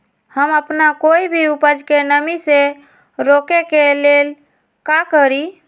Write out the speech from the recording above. हम अपना कोई भी उपज के नमी से रोके के ले का करी?